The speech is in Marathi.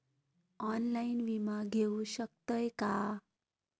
ऑनलाइन विमा घेऊ शकतय का?